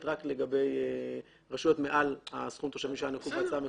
רק לגבי רשויות מעל מספר התושבים שהיה נקוב בהצעה המקורית.